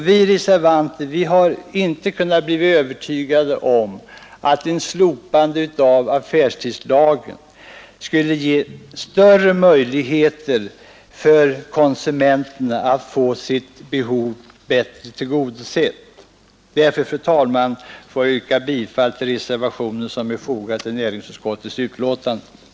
Vi reservanter har inte kunnat bli övertygade om att ett slopande av affärstidslagen skulle ge större möjligheter för konsumenterna att få sina behov tillgodosedda. Därför, fru talman, ber jag att få yrka bifall till den reservation som är fogad vid näringsutskottets betänkande nr 53.